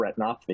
retinopathy